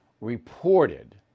reported